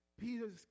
Peter's